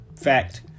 fact